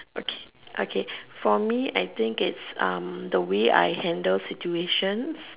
okay okay for me I think it's um the way I handle situations